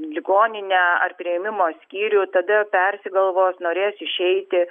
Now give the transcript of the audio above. ligoninę ar priėmimo skyrių tada persigalvos norės išeiti